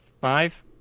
Five